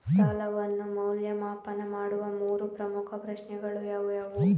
ಸಾಲವನ್ನು ಮೌಲ್ಯಮಾಪನ ಮಾಡುವ ಮೂರು ಪ್ರಮುಖ ಪ್ರಶ್ನೆಗಳು ಯಾವುವು?